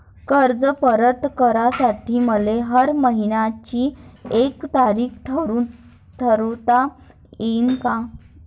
कर्ज परत करासाठी मले हर मइन्याची एक तारीख ठरुता येईन का?